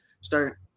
start